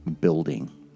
building